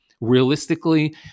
Realistically